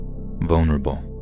vulnerable